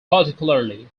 particularly